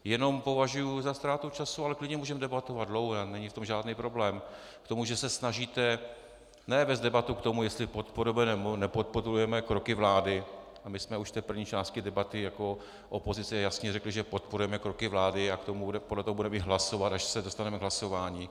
Jenom považuji za ztrátu času, ale klidně můžeme debatovat dlouho, a není v tom žádný problém, k tomu, že se snažíte ne vést debatu k tomu, jestli podporujeme, nebo nepodporujeme kroky vlády a my jsme už v té první části debaty jako opozice jasně řekli, že podporujeme kroky vlády, a podle toho budeme i hlasovat, až se dostaneme k hlasování.